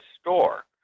store